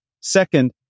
Second